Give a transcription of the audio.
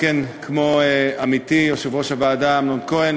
כמו עמיתי יושב-ראש הוועדה אמנון כהן,